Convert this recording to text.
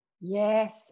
Yes